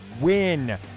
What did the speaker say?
win